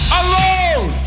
alone